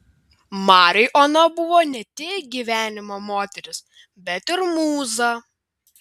mariui ona buvo ne tik gyvenimo moteris bet ir mūza